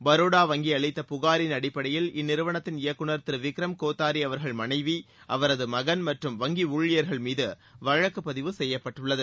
பரோடா வங்கி அளித்த புகாரின் அடிப்படையில் இந்நிறுவனத்தின் இயக்குநர் திரு விக்ரம் கோதாரி அவா்கள் மனைவி அவரது மகள் மற்றும் வங்கி ஊழியா்கள் மீது வழக்குப் பதிவு செய்யப்பட்டுள்ளது